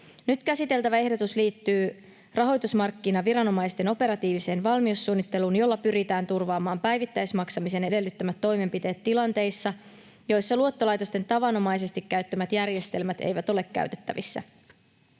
Nyt käsiteltävä ehdotus liittyy rahoitusmarkkinaviranomaisten operatiiviseen valmiussuunnitteluun, jolla pyritään turvaamaan päivittäismaksamisen edellyttämät toimenpiteet tilanteissa, joissa luottolaitosten tavanomaisesti käyttämät järjestelmät eivät ole käytettävissä.